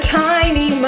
tiny